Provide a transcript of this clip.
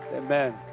Amen